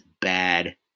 bad